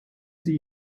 sie